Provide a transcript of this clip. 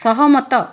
ସହମତ